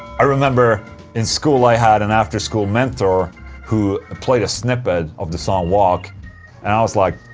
i remember in school, i had an after-school mentor who played a snippet of the song walk and i was like